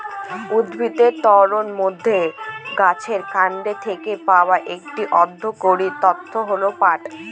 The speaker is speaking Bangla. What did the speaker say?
উদ্ভিজ্জ তন্তুর মধ্যে গাছের কান্ড থেকে পাওয়া একটি অর্থকরী তন্তু হল পাট